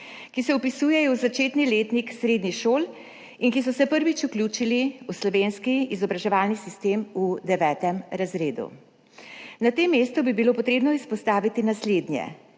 ki se vpisujejo v začetni letnik srednjih šol in ki so se prvič vključili v slovenski izobraževalni sistem v 9. razredu. Na tem mestu bi bilo potrebno izpostaviti naslednje.